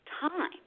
time